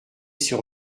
sur